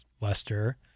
Lester